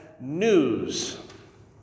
news